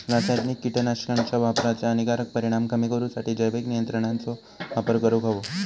रासायनिक कीटकनाशकांच्या वापराचे हानिकारक परिणाम कमी करूसाठी जैविक नियंत्रणांचो वापर करूंक हवो